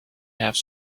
have